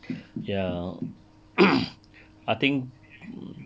ya I think